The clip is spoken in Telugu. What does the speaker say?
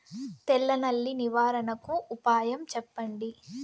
తెల్ల నల్లి నివారణకు ఉపాయం చెప్పండి?